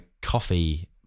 Coffee